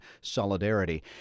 Solidarity